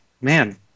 Man